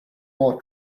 more